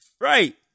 right